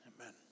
Amen